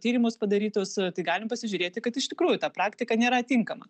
tyrimus padarytus tai galim pasižiūrėti kad iš tikrųjų ta praktika nėra tinkama